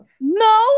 No